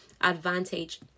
advantage